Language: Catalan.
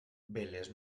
veles